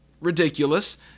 ridiculous